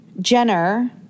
Jenner